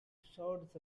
fjords